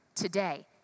today